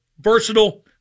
versatile